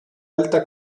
alta